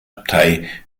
abtei